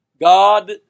God